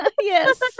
Yes